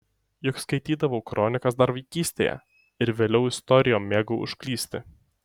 juk skaitydavau kronikas dar vaikystėje ir vėliau istorijon mėgau užklysti